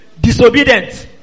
disobedient